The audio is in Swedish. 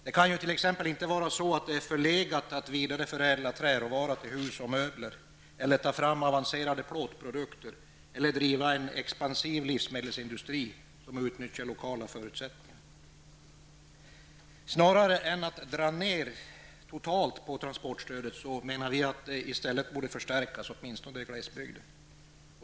Det kan ju inte vara så att det är förlegat att t.ex. vidareförädla träråvara till hus och möbler, att ta fram avancerade plåtprodukter eller att driva en expansiv livsmedelsindustri, som utnyttjar lokala förutsättningar. Snarare än att dras ner totalt borde transportstödet förstärkas, åtminstone i glesbygden.